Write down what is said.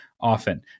often